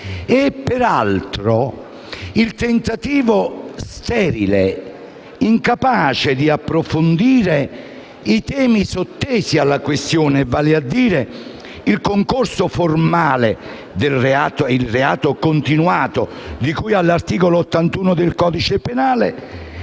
va segnalato il tentativo sterile, incapace di approfondire i temi sottesi alla questione, vale a dire il reato continuato di cui all'articolo 81 del codice penale